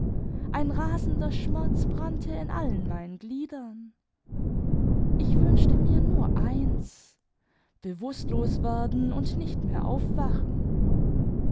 ein rasender schmerz brannte in allen meinen gliedern ich wünschte mir nur eins bewußtlos werden und nicht mehr aufwachen